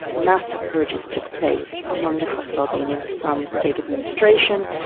massive purges took place among the kosovo albanians from state administration,